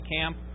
camp